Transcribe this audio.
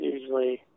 usually